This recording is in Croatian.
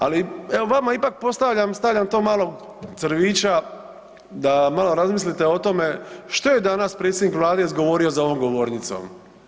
Ali evo vama ipak postavlja, stavljam to malo crvića da malo razmislite o tome što je danas predsjednik Vlade izgovorio za ovom govornicom.